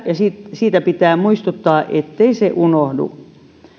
siitä pitää muistuttaa ettei se unohdu